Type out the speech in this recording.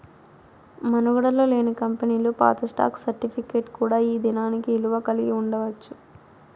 మనుగడలో లేని కంపెనీలు పాత స్టాక్ సర్టిఫికేట్ కూడా ఈ దినానికి ఇలువ కలిగి ఉండచ్చు